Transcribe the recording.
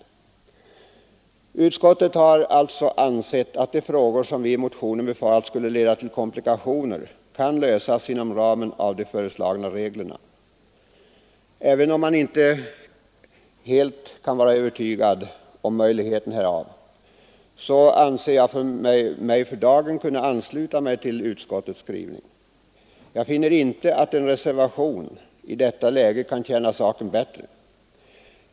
Utskottet har alltså ansett att de frågor som vi i motionen befarat skulle leda till komplikationer kan lösas inom ramen av de föreslagna reglerna. Fastän man inte kan vara helt övertygad om möjligheterna härav anser jag mig för dagen kunna ansluta mig till utskottets skrivning. Jag finner inte att en reservation i detta läge kan tjäna saken bättre.